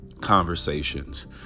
conversations